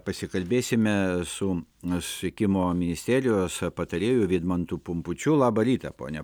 pasikalbėsime su nusisekimo ministerijos patarėju vidmantu pumpučiu labą rytą pone